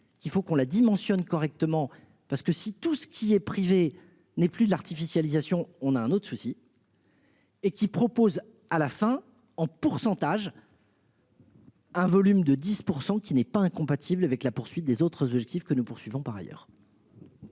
qu'il faut qu'on la dimension correctement parce que si tout ce qui est privé n'est plus de l'artificialisation on a un autre souci. Et qui propose à la fin en pourcentage. Un volume de 10% qui n'est pas incompatible avec la poursuite des autres objectifs que nous poursuivons par ailleurs.